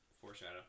foreshadow